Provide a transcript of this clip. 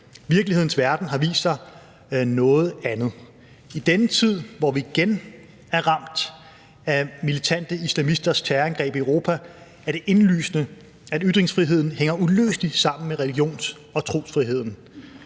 Virkelighedens verden har vist sig at være en noget anden. I denne tid, hvor vi igen er ramt af militante islamisters terrorangreb i Europa, er det indlysende, at ytringsfriheden hænger uløseligt sammen med religions- og trosfriheden,